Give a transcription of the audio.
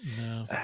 No